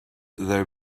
they